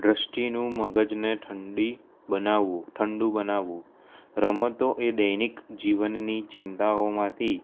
દ્રષ્ટિનું મગજને ઠંડી ઠંડુ બનાવો ઠંડુ બનાવવું રમતો એ દૈનિક જીવનની ચિંતાઓમાંથી